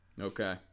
Okay